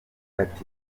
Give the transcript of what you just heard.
ati